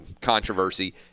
controversy